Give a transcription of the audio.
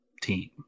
team